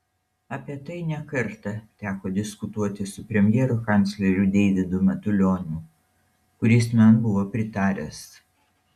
apie tai ne kartą teko diskutuoti su premjero kancleriu deividu matulioniu kuris man buvo pritaręs